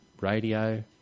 radio